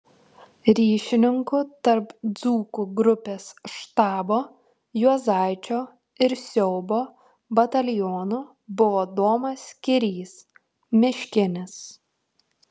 ryšininku tarp dzūkų grupės štabo juozaičio ir siaubo batalionų buvo domas kirys miškinis